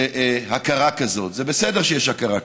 להכרה כזאת, זה בסדר שיש הכרה כזאת.